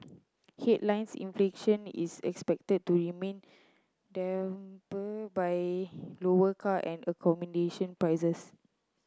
headlines inflation is expected to remain dampened by lower car and accommodation prices